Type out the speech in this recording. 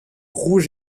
rouge